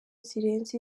zirenze